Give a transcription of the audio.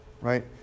Right